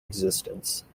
existence